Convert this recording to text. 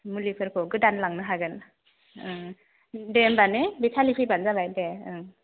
मुलिफोरखौ गोदान लांनो हागोन दे होमब्ला ने बेखालि फैब्लानो जाबाय दे ओं